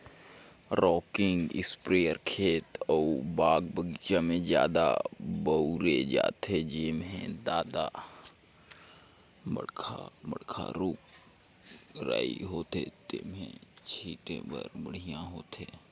rocking इस्पेयर खेत अउ बाग बगीचा में जादा बउरे जाथे, जेम्हे जादा बड़खा बड़खा रूख राई होथे तेम्हे छीटे बर बड़िहा होथे